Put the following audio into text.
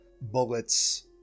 bullets